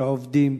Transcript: ועובדים,